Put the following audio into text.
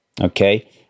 okay